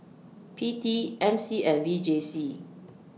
P T M C and V J C